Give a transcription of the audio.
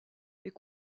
est